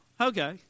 Okay